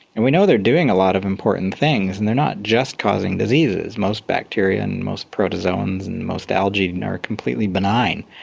and we know they are doing a lot of important things, and they are not just causing diseases. most bacteria and most protozoans and most algae and are completely benign,